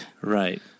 right